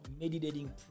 meditating